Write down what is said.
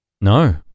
No